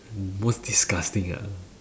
most disgusting ah